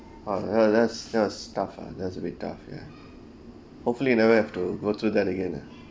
!wah! that's that's that was tough ah that is a bit tough ya hopefully you never have to go through that again ah